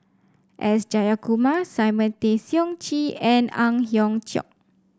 S Jayakumar Simon Tay Seong Chee and Ang Hiong Chiok